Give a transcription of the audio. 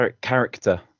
character